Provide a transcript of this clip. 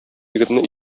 егетне